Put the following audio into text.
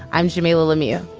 i'm jamelia lumia